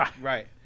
Right